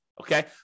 Okay